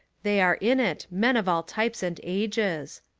they are in it, men of all types and ages.